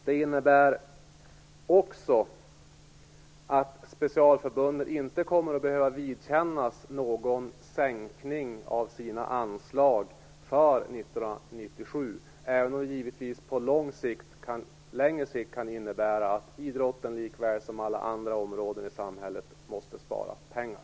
Det innebär också att specialförbunden inte kommer att behöva vidkännas någon sänkning av sina anslag för 1997, även om det givetvis på längre sikt kan innebära att idrotten lika väl som alla andra områden i samhället måste spara pengar.